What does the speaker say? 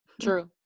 True